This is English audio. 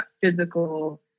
physical